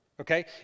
Okay